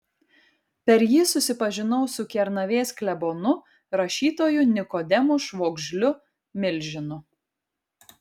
per jį susipažinau su kernavės klebonu rašytoju nikodemu švogžliu milžinu